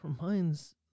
reminds